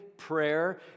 Prayer